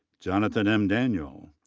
jonathan m. daniel.